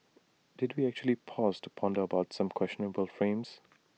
did we actually pause to ponder about some questionable frames